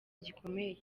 gikomeye